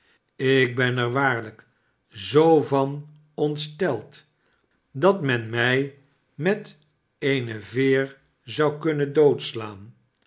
ik ben er waarlijk zoovanontsteld dat men mij met eene veer zou kunnen doodslaan